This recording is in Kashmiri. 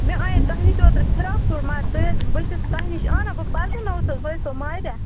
مےٚ اَنیے تۄہہِ نِش اوٚترٕ فراک سوٗٹ مگر تۄہہِ حظ بہٕ حظ چھَس تۄہہِ نِش انان بہٕ پَرٕزٕنٲوُس حظ بہٕ حظ چھےٚ سو ماریا